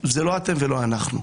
זה לא אתם ולא אנחנו,